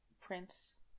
Prince